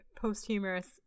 posthumous